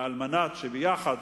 כדי שיחד